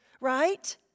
right